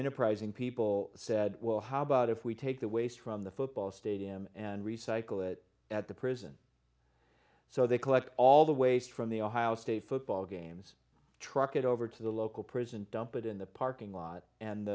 enterprising people said well how about if we take the waste from the football stadium and recycle it at the prison so they collect all the waste from the ohio state football games truck it over to the local prison dump it in the parking lot and